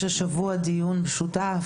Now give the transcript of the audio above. יש השבוע דיון משותף.